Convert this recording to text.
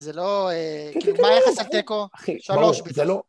זה לא, כאילו, מה היחס לתיקו? אחי, זה לא...